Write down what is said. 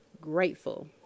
grateful